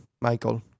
Michael